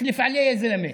(אומר בערבית: